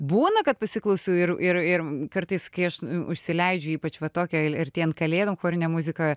būna kad pasiklausau ir ir ir kartais kai aš užsileidžiu ypač va tokią artėjant kalėdom chorinę muziką